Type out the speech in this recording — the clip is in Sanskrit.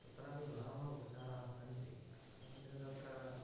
तत्रापि बहवः उपचाराः सन्ति कथञ्चित् तत्र